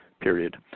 period